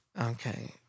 Okay